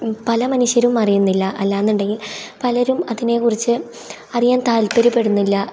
പല മനുഷ്യരും അറിയുന്നില്ല അല്ലയെന്നുണ്ടെങ്കിൽ പലരും അതിനെ കുറിച്ച് അറിയാൻ താത്പര്യപ്പെടുന്നില്ല